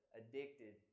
addicted